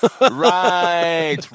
Right